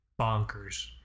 bonkers